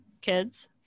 kids